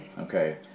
Okay